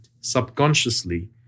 subconsciously